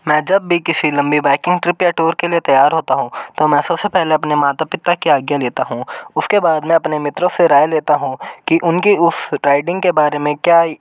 मैं जब भी किसी लंबी बाइकिंग ट्रिप या टूर के लिए तैयार होता हूँ तो मैं सबसे पहले अपने माता पिता आज्ञा लेता हूँ उसके बाद में मित्रों से राय लेता हूँ कि उनकी उस राइडिंग के बारे में क्या